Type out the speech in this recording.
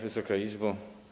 Wysoka Izbo!